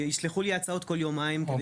שישלחו לי הצעות כל יומיים כדי שאני אעבור אליהם?